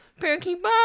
Parakeet